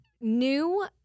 new